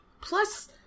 Plus